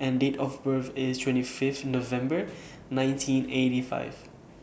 and Date of birth IS twenty Fifth November nineteen eighty five